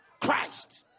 christ